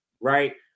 Right